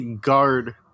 guard